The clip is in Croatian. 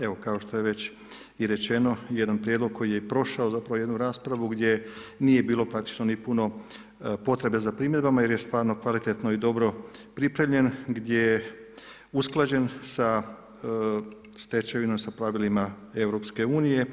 Evo kao što je već i rečeno jedan prijedlog koji je i prošao zapravo jednu raspravu gdje nije praktično ni puno potrebe za primjedbama, jer je stvarno kvalitetno i dobro pripremljen, usklađen sa stečevinom, sa pravilima EU.